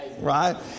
Right